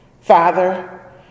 Father